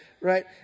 right